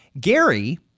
Gary